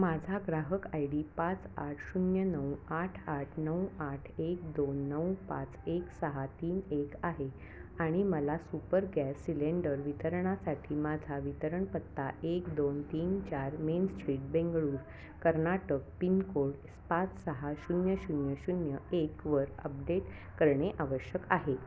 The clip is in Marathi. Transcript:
माझा ग्राहक आय डी पाच आठ शून्य नऊ आठ आठ नऊ आठ एक दोन नऊ पाच एक सहा तीन एक आहे आणि मला सुपर गॅस सिलेंडर वितरणासाठी माझा वितरणपत्ता एक दोन तीन चार main street Bengaluru Karnataka pin code स् पाच सहा शून्य शून्य शून्य एकवर अपडेट करणे आवश्यक आहे